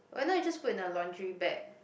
why not you just put in a laundry bag